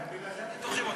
בגלל זה אתם דוחים אותה.